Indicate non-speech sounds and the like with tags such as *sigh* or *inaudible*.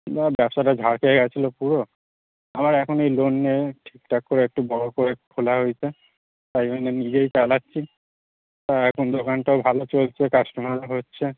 *unintelligible* ব্যবসাটা ঝাড় খেয়ে গেছিলো পুরো আবার এখন এই লোন নিয়ে ঠিক ঠাক করে একটু বড়ো করে খোলা হয়েছে তাই জন্যে নিজেই চালাচ্ছি আর এখন দোকানটাও ভালো চলছে কাস্টোমার হচ্ছে